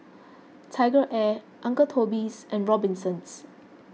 TigerAir Uncle Toby's and Robinsons